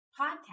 podcast